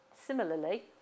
Similarly